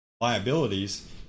liabilities